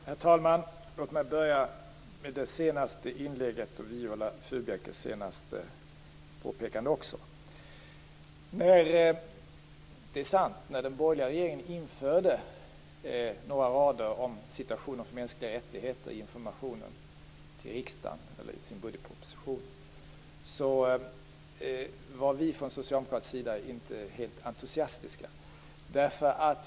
Herr talman! Låt mig börja med det senaste inlägget - och Viola Furubjelkes senaste påpekande också. Det är sant att vi från socialdemokratisk sida inte var helt entusiastiska när den borgerliga regeringen införde några rader om situationen för mänskliga rättigheter i informationen till riksdagen i sin budgetproposition.